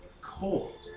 cold